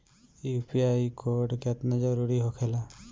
UPI code केतना जरुरी होखेला?